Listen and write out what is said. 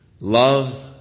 love